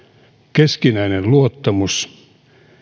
keskinäinen luottamus